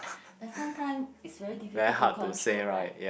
but sometime is very difficult to control right